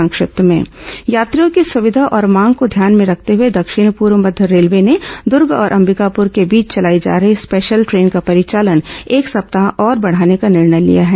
संक्षिप्त समाचार यात्रियों की सुविधा और मांग को ध्यान में रखते हुए दक्षिण पूर्व मध्य रेलवे ने दूर्ग और अंबिकापुर के बीच चलाई जा रही स्पेशल ट्रेन का परिचालन एक सप्ताह और बढ़ाने का निर्णय लिया है